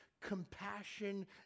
compassion